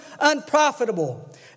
unprofitable